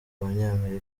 abanyamakuru